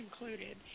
included